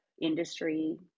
industry